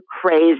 crazy